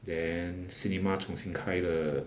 then cinema 重新开的